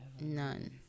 None